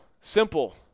simple